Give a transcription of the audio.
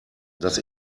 das